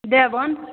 मधेवन